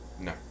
No